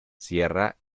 sierra